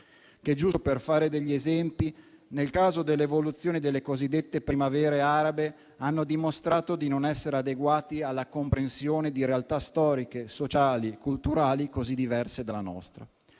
che, giusto per fare degli esempi, nel caso dell'evoluzione delle cosiddette primavere arabe, hanno dimostrato di non essere adeguati alla comprensione di realtà storiche, sociali e culturali così diverse dalla nostra,